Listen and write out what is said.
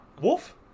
Wolf